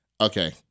okay